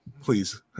please